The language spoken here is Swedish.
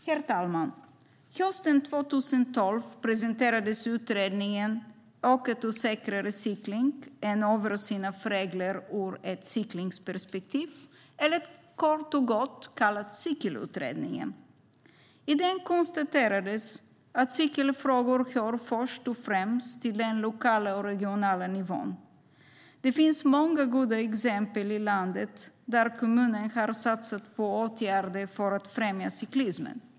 Herr talman! Hösten 2012 presenterades utredningen Ökad och säkrare cykling - en översyn av regler ur ett cyklingsperspektiv , kort och gott kallad cykelutredningen. I den konstaterades att cykelfrågor först och främst hör till den lokala och regionala nivån. Det finns många goda exempel i landet där kommuner har satsat på åtgärder för att främja cyklismen.